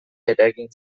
eragin